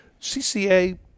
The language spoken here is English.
CCA